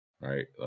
Right